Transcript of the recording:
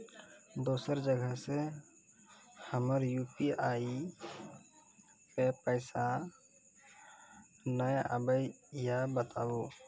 दोसर जगह से हमर यु.पी.आई पे पैसा नैय आबे या बताबू?